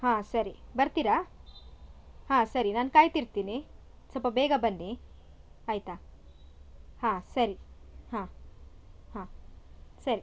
ಹಾಂ ಸರಿ ಬರ್ತೀರಾ ಹಾಂ ಸರಿ ನಾನು ಕಾಯ್ತಿರ್ತೀನಿ ಸ್ವಲ್ಪ ಬೇಗ ಬನ್ನಿ ಆಯಿತಾ ಹಾಂ ಸರಿ ಹಾಂ ಹಾಂ ಸರಿ